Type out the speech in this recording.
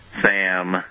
SAM